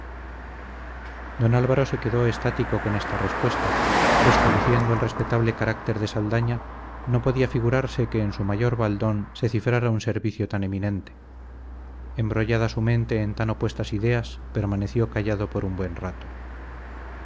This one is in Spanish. don álvaro se quedó estático con esta respuesta pues conociendo el respetable carácter de saldaña no podía figurarse que en su mayor baldón se cifrara un servicio tan eminente embrollada su mente en tan opuestas ideas permaneció callado por un buen rato